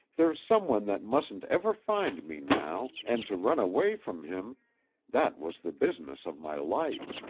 there's some one that mustn't ever find me now, and to run away from him that was the business of my life.